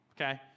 okay